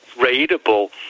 readable